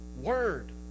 word